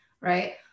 right